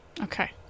Okay